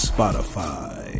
Spotify